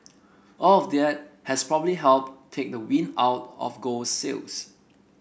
all of there has probably helped take the wind out of gold sails